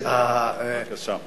אדוני היושב-ראש,